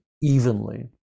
evenly